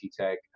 tech